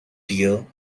dear